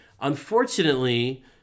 Unfortunately